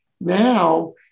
now